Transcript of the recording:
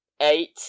Eight